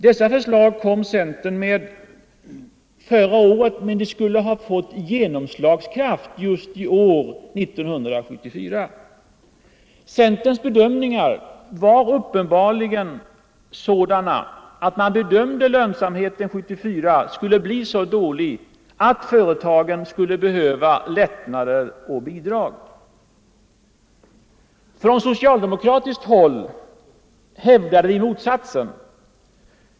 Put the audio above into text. Dessa förslag, som centern kom med förra året, skulle ha fått genomslagskraft just i år, 1974. Centerns bedömning var uppenbarligen att lönsamheten 1974 skulle bli så dålig att företagen skulle behöva lättnader och bidrag. Från socialdemokratiskt håll hävdade vi motsatsen.